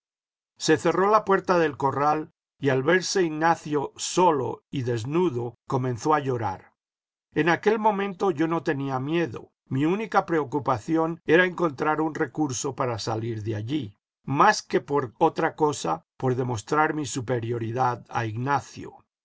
se cerró la puerta del corral y al verse ignacio solo y desnudo comenzó a llorar en aquel momento yo no tenía miedo mi única preocupación era encontrar un recurso para salir de allí más que por otra cosa por demostrar mi superioridad a ignacio